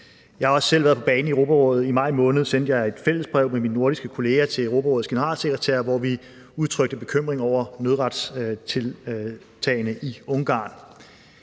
Jeg har også selv været på banen i Europarådet. I maj måned sendte jeg et fællesbrev med mine nordiske kolleger til Europarådets generalsekretær, hvori vi udtrykte bekymring over nødretstiltagene i Ungarn.